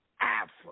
Africa